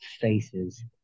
faces